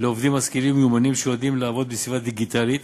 לעובדים משכילים ומיומנים שיודעים לעבוד בסביבה דיגיטלית